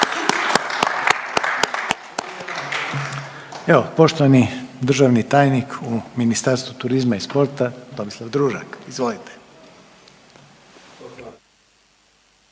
Evo poštovani državni tajnik u Ministarstvu turizma i sporta Tomislav Družak. Izvolite.